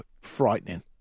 frightening